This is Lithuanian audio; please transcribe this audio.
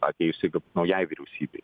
atėjusiai naujai vyriausybei